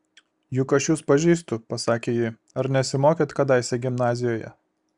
juk aš jus pažįstu pasakė ji ar nesimokėt kadaise gimnazijoje